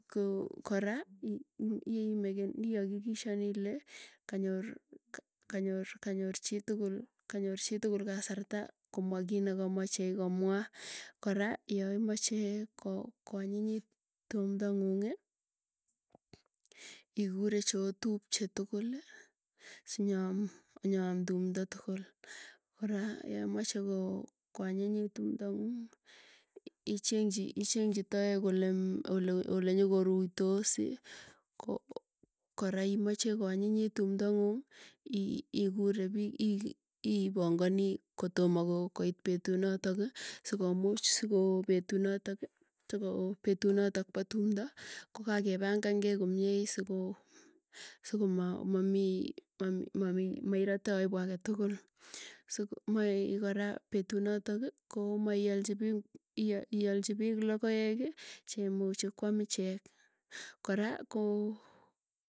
Ko kora ii mek iakikisian ile kanyor kanyor kanyor chitukul kanyor chitugul kasarta komwa kiit negamache komwa kora yaimache ko koanyinyit tumdo ngung ii igure cheotuche tugul sinyoo sinyoam tumdo tugul kora yeimache ko koanyinyit tumdo ngung icheng ichengchi toek olenyogorutos ko kora imache koanyinyit tumdo ngung ii igure biik ii iipanganii kotomo koit betunotok ii sigomuch sigo betunotok sigobetunotok bo tumdo kogagepangangei komyee i sigo sigo mamii ma mamii mai mairateaibu age tugul sigo mai kora betunoto ko maialchibiik iialchibiik logoek ii cheimuji kwam ichek kora ko.